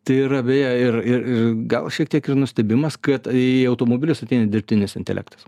tai yra beje ir ir ir gal šiek tiek ir nustebimas kad į automobilius ateina dirbtinis intelektas